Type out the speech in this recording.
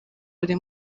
buri